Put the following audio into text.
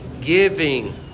Giving